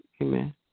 Amen